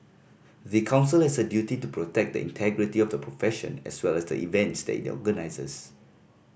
the Council has a duty to protect the integrity of the profession as well as the events that it organises